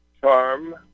charm